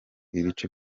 ibice